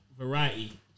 variety